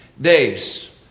days